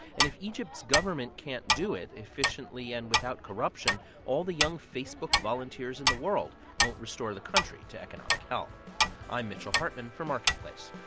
and if egypt's government can't do it efficiently and without corruption, all the young facebook volunteers in the world won't restore the country to economic health i'm mitchell hartman for marketplace